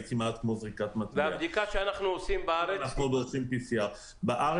היא כמעט כמו זריקת מטבע --- דורשים PCR. והבדיקה שאנחנו עושים בארץ?